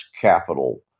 capital